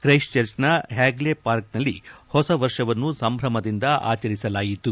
Christ Church ನ Hagley Park ನಲ್ಲಿ ಹೊಸವರ್ಷವನ್ನು ಸಂಭಮದಿಂದ ಆಚರಿಸಲಾಯಿತು